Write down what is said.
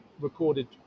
recorded